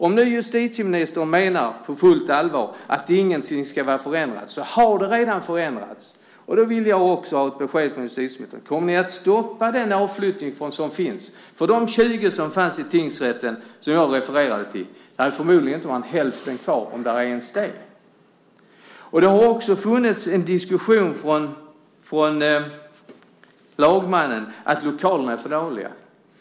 Om justitieministern på fullt allvar menar att ingenting ska förändras, så har det redan förändrats. Då vill jag också ha ett besked från justitieministern. Kommer ni att stoppa den avflyttning som sker? Av de 20 som fanns i tingsrätten och som jag refererade till är det förmodligen inte mer än hälften kvar, om ens det. Lagmannen har fört en diskussion om att lokalerna är för dåliga.